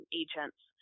agents